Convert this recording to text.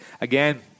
again